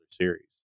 series